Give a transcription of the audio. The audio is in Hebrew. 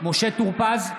משה טור פז,